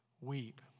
weep